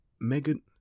megan